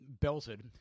belted